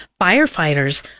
firefighters